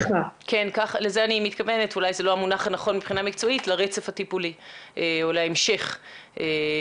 ואני חושבת שזה המקום הנכון לקרוא לשולחן העגול הזה והוועדה אכן תקרא